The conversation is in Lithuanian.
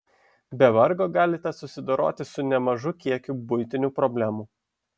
be vargo galite susidoroti su nemažu kiekiu buitinių problemų